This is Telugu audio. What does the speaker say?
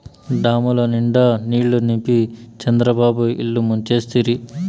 డాముల నిండా నీళ్ళు నింపి చంద్రబాబు ఇల్లు ముంచేస్తిరి